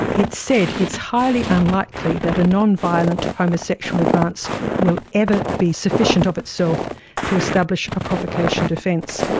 it said it's highly unlikely that a nonviolent homosexual advance will ever be sufficient of itself to establish a provocation defence,